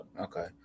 Okay